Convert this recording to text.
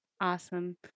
Awesome